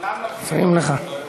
כולם מפריעים לך.